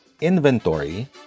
inventory